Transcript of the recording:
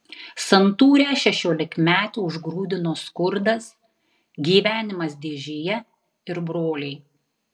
santūrią šešiolikmetę užgrūdino skurdas gyvenimas dėžėje ir broliai